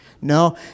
No